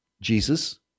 Jesus